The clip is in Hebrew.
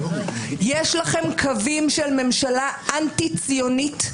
יש לכם קווים של ממשלה אנטי ציונית,